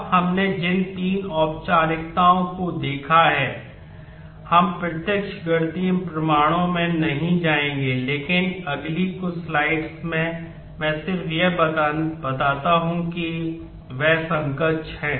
अब हमने जिन तीन औपचारिकताओं को देखा है हम प्रत्यक्ष गणितीय प्रमाणों में नहीं जाएंगे लेकिन अगली कुछ स्लाइड्स में मैं सिर्फ यह बताता हूं कि वे समकक्ष हैं